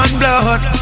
blood